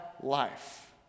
life